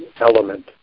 element